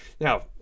Now